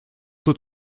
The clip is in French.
tout